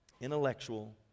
intellectual